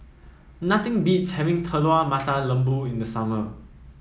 nothing beats having Telur Mata Lembu in the summer